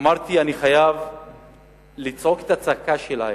אמרתי: אני חייב לצעוק את הצעקה שלהם.